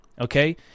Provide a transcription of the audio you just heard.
okay